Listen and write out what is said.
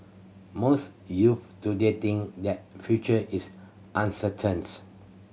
most youth today think that future is uncertain